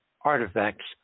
artifacts